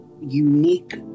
unique